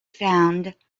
found